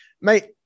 mate